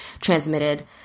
transmitted